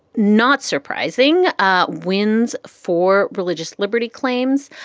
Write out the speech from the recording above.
not surprising ah wins for religious liberty claims.